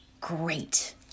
great